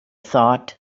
thought